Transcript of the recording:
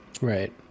Right